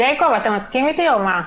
יעקב, אתה מסכים איתי או מה?